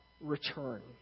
return